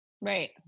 Right